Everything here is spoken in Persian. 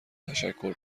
تشکر